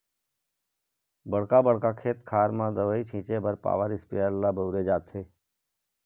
बड़का बड़का खेत खार म दवई छिंचे बर पॉवर इस्पेयर ल बउरे जाथे